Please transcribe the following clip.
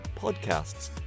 podcasts